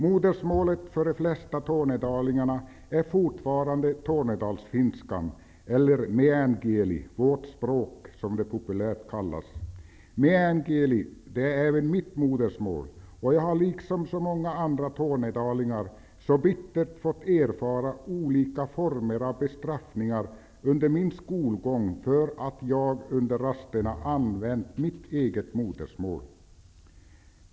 Modersmålet för de flesta tornedalingarna är fortfarande tornedalsfinskan eller ''Meän kieli'', vårt språk, som det populärt kallas. Meän kieli är även mitt modersmål, och jag har liksom så många andra tornedalingar bittert fått erfara olika former av bestraffningar under min skolgång för att jag under rasterna använt mitt eget modersmål.